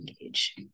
engage